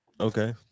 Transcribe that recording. okay